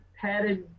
padded